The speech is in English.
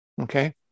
Okay